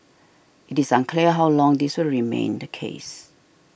it is unclear how long this will remain the case